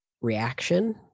reaction